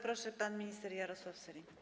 Proszę, pan minister Jarosław Sellin.